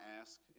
ask